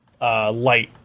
light